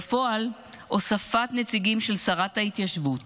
בפועל הוספת נציגים של שרת ההתיישבות